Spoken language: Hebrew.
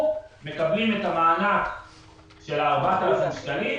בינואר-פברואר מקבלים את המענק של ה-4,000 שקלים.